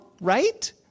Right